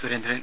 Surendran